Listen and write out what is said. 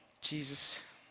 Jesus